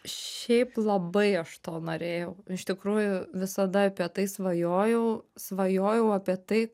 šiaip labai aš to norėjau iš tikrųjų visada apie tai svajojau svajojau apie tai